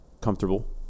comfortable